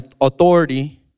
authority